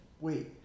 Wait